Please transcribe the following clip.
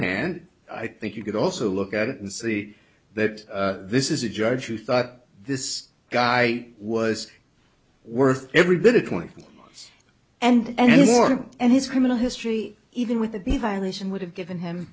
hand i think you could also look at it and see that this is a judge who thought this guy was worth every bit of twenty five and the war and his criminal history even with the b violation would have given him